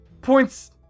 points